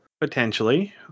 Potentially